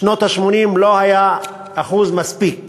שנות ה-80, לא היה אחוז מספיק